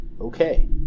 okay